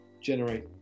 generate